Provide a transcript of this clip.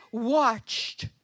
watched